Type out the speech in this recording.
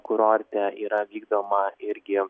kurorte yra vykdoma irgi